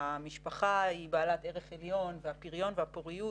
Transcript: כשהמשפחה היא בעלת ערך עליון והפריון והפוריות